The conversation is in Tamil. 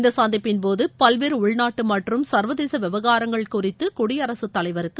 இந்த சந்திப்பின்போது பல்வேறு உள்நாட்டு மற்றம் சள்வதேச விவகாரங்கள் குறித்து குடியரகத் தலைவருக்கு